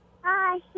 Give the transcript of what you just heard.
Hi